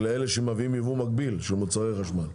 לאלה שמביאים יבוא מקביל של מוצרי חשמל.